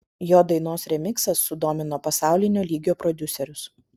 jo dainos remiksas sudomino pasaulinio lygio prodiuserius